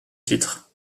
titre